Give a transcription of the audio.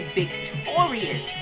victorious